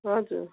हजुर